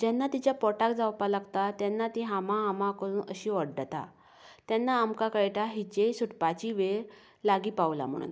जन्ना तिच्या पोटाक जावपाक लागता तेन्ना ती हामा हामा अशे करून अशी वोड्डता तेन्ना आमकां कळटा हिचे सुटपाची वेळ लागीं पावलां म्हणून